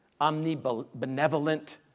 omnibenevolent